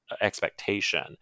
expectation